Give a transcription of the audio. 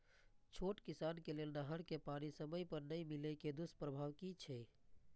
छोट किसान के लेल नहर के पानी समय पर नै मिले के दुष्प्रभाव कि छै?